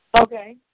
Okay